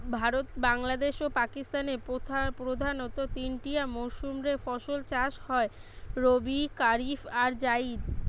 ভারতে, বাংলাদেশে ও পাকিস্তানে প্রধানতঃ তিনটিয়া মরসুম রে ফসল চাষ হয় রবি, কারিফ আর জাইদ